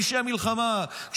פשעי מלחמה.